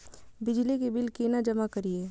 बिजली के बिल केना जमा करिए?